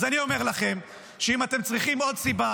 אז אני אומר לכם שאם אתם צריכים עוד סיבה